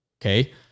okay